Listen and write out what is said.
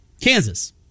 Kansas